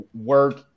work